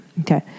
Okay